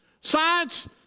Science